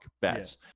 bets